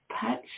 patch